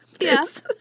Yes